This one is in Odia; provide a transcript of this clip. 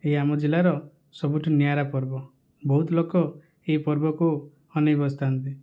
ଏ ଆମ ଜିଲ୍ଲାର ସବୁଠୁ ନିଆରା ପର୍ବ ବହୁତ ଲୋକ ଏ ପର୍ବକୁ ଅନେଇ ବସିଥାନ୍ତି